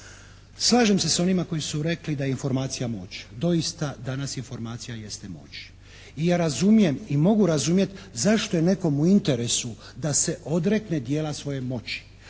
Slažem se sa onima koji su rekli da je informacija moć. Doista danas informacija jeste moć. I ja razumijem i mogu razumjeti zašto je nekome u interesu da se odrekne dijela svoje moći,